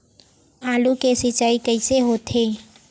आलू के सिंचाई कइसे होथे?